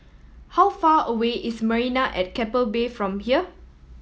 how far away is Marina at Keppel Bay from here